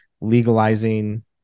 legalizing